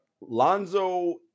Lonzo